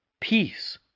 peace